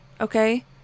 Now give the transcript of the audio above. okay